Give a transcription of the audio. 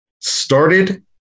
started